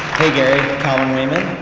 hey gary, colin layman.